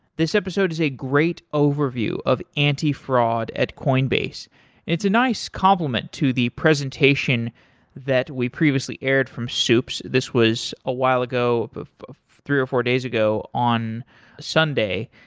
this episode is a great overview of antifraud at coinbase and it's a nice complement to the presentation that we previously aired from soups. this was a while ago three or four days ago, on sunday,